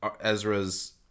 Ezra's